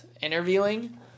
interviewing